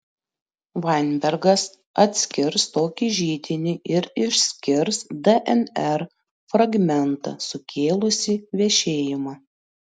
vainbergas atskirs tokį židinį ir išskirs dnr fragmentą sukėlusį vešėjimą